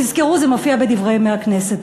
תזכרו, זה מופיע בדברי ימי הכנסת.